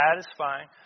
Satisfying